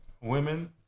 women